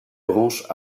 branches